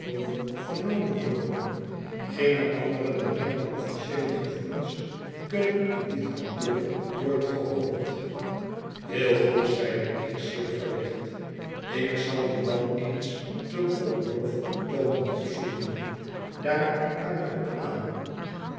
vernomen worden geene andere dan mijne officieele gevoelens kunnen in dit kantoor worden gehoord heel goed zeide ik zeer verlicht ik zal je dan eens te walworth komen opzoeken daar kan je op aan